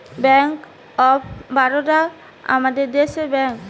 bank of Baroda আমাদের দেশের bank